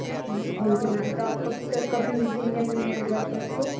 अच्छा ठीक है मैम तो आप कब तक का भेज देंगे अपने वर्कर्स को